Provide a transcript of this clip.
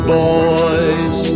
boys